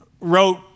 wrote